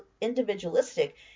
individualistic